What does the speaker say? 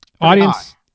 Audience